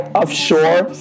offshore